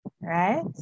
right